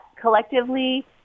collectively